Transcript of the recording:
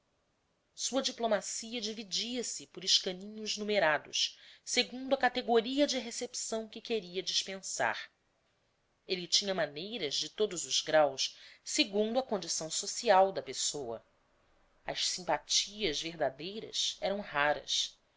sua diplomacia dividia-se por escaninhos numerados segundo a categoria de recepção que queria dispensar ele tinha maneiras de todos os graus segundo a condição social da pessoa as simpatias verdadeiras eram raras